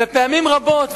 ופעמים רבות,